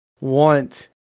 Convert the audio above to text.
want